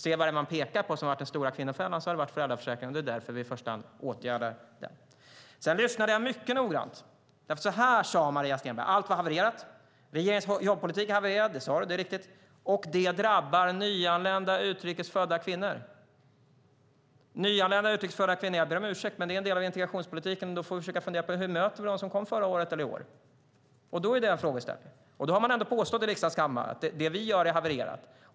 Se vad man pekar på som den stora kvinnofällan! Det har varit föräldraförsäkringen, och det är därför vi i första hand åtgärdar den. Jag lyssnade mycket noggrant. Så här sade Maria Stenberg: Allt har havererat. Regeringens jobbpolitik har havererat - det sade du - och det drabbar nyanlända utrikes födda kvinnor. Nyanlända, utrikes födda kvinnor är en del av integrationspolitiken, och då får vi försöka fundera på hur vi möter dem som kom förra året eller i år. Det är en frågeställning, och då har man ändå påstått i riksdagens kammare att det vi gör har havererat.